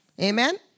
Amen